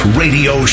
radio